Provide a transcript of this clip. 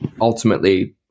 ultimately